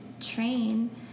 train